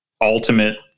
ultimate